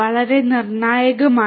വളരെ നിർണായകമാണ്